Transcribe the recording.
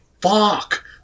Fuck